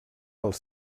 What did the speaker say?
els